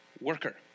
worker